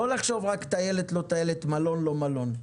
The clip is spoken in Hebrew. לא לחשוב רק טיילת-לא טיילת, מלון-לא מלון.